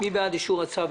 מי בעד אישור הצו?